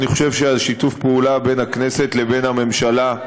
אני חושב ששיתוף הפעולה בין הכנסת לבין הממשלה,